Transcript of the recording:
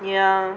ya